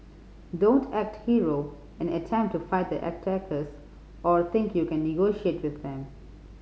don't act hero and attempt to fight the attackers or think you can negotiate with them